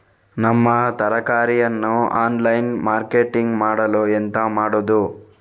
ನಮ್ಮ ತರಕಾರಿಯನ್ನು online marketing ಮಾಡಲು ಎಂತ ಮಾಡುದು?